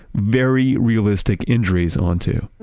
very realistic injuries onto.